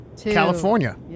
California